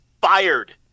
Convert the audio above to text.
fired